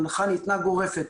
ההנחה ניתנה גורפת.